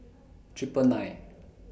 Triple nine